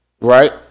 Right